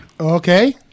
Okay